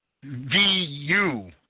V-U